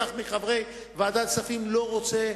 לא לגרום עוול לאלה שלא יכולים לדווח,